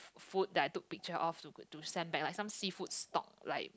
food that I took picture of to to send back like some seafood stock like